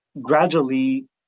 gradually